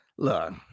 Look